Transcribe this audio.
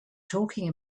talking